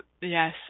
yes